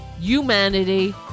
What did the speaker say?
humanity